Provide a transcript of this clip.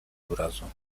obrazu